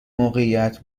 موقعیت